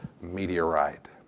meteorite